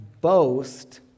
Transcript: boast